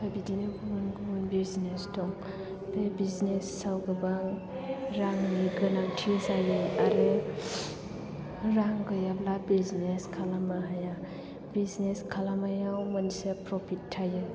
ओमफ्राय बिदिनो गुबुन गुबुन बिजनेस दं बे बिजनेस आव गोबां रांनि गोनांथि जायो आरो रां गैयाब्ला बिजनेस खालाममो हाया बिजनेस खालाममायाव मोनसे प्रफिट थायो